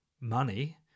money